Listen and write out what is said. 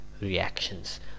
reactions